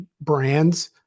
brands